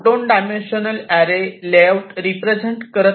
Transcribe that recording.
आपण 2 dimensional array layout represent करत नाही